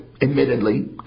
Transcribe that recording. Admittedly